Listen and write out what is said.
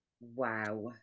Wow